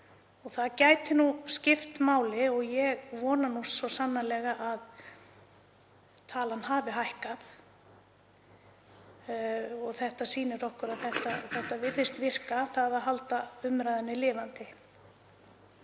Það gæti skipt máli og ég vona svo sannarlega að talan hafi hækkað. Þetta sýnir okkur að það virðist virka að halda umræðunni lifandi.